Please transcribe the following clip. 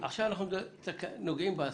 אנחנו עכשיו נוגעים בהסעות.